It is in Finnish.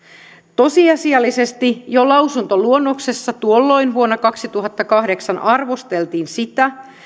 tosiasiallisesti jo lausuntoluonnoksessa tuolloin vuonna kaksituhattakahdeksan arvosteltiin sitä